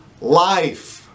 life